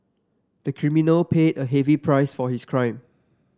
the criminal paid a heavy price for his crime